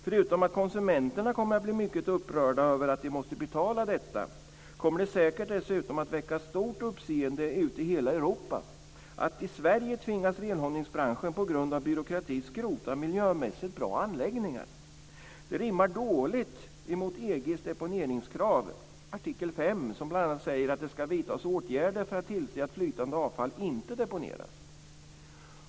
Förutom att konsumenterna kommer att bli mycket upprörda över att behöva betala detta, kommer det säkert dessutom att väcka stort uppseende ute i hela Europa, nämligen att i Sverige tvingas renhållningsbranschen på grund av byråkrati skrota miljömässigt bra anläggningar. Det rimmar dåligt mot EG:s deponeringskrav i artikel 5, som bl.a. säger att det ska vidtas åtgärder för att tillse att flytande avfall inte deponeras.